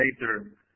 later